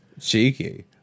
Cheeky